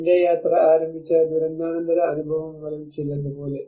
എന്റെ യാത്ര ആരംഭിച്ച ദുരന്താനന്തര അനുഭവങ്ങളിൽ ചിലത് പോലെ